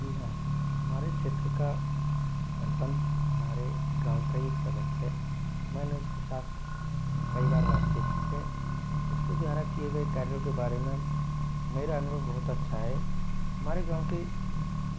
जी हाँ हमारे क्षेत्र का सरपंच हमारे गाँव का ही एक सदस्य है मैंने उसके साथ कई बार बातचीत की है उस के द्वारा किए गए कार्यों के बारे में मेरा अनुभव बहुत अच्छा है हमारे गाँव के